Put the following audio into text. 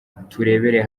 turebere